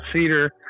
Cedar